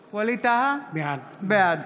טאהא, בעד